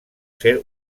ser